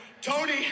Tony